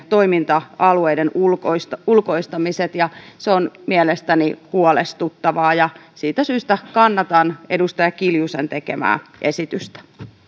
toiminta alueiden ulkoistamiset ja se on mielestäni huolestuttavaa siitä syystä kannatan edustaja kiljusen tekemää esitystä